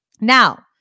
Now